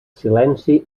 silenci